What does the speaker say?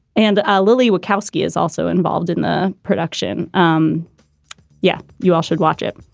and ah lily witkowsky is also involved in the production. um yeah, you all should watch it.